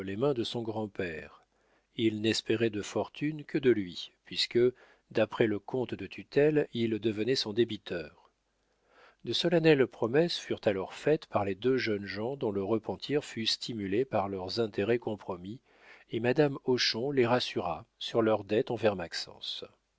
de son grand-père il n'espérait de fortune que de lui puisque d'après le compte de tutelle il devenait son débiteur de solennelles promesses furent alors faites par les deux jeunes gens dont le repentir fut stimulé par leurs intérêts compromis et madame hochon les rassura sur leurs dettes envers maxence